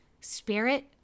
spirit